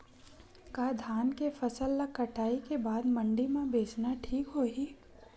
का धान के फसल ल कटाई के बाद मंडी म बेचना ठीक होही?